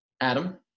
Adam